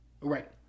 Right